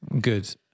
Good